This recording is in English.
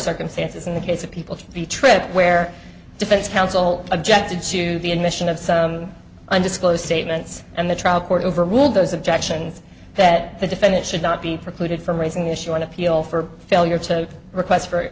circumstances in the case of people should be tripped where defense counsel objected to the admission of undisclosed statements and the trial court overruled those objections that the defendant should not be precluded from raising the issue on appeal for failure to request for